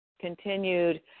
continued